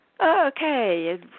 Okay